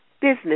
business